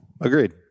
Agreed